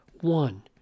One